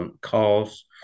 calls